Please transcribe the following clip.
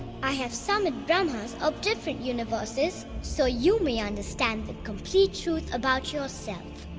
i have summoned brahmas of different universes, so you may understand the complete truth about yourself.